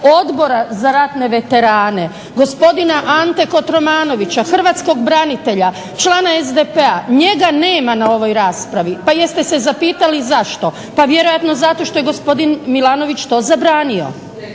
Odbora za ratne veterane gospodina Ante Kotromanovića, hrvatskog branitelja, člana SDP-a njega nema na ovoj raspravi. Pa jeste se zapitali zašto? Pa vjerojatno što je gospodin Milanović to zabranio.